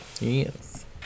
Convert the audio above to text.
Yes